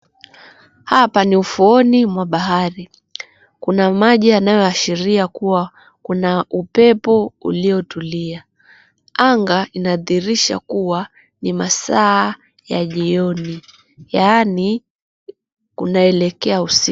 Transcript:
Hapa ni ufuoni mwa bahari. Kuna maji yanayoashiria kuwa kuna upepo uliotulia. Anga inadhihirisha kuwa ni masaa ya jioni yaani kunaelekea usiku.